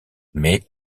mais